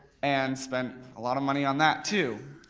and spent a lot of money on that too.